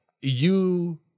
you-